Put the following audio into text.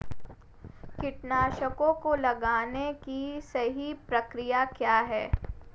कीटनाशकों को लगाने की सही प्रक्रिया क्या है?